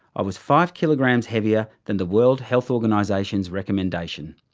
i was five kilograms heavier than the world health organisation's recommendation.